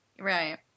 Right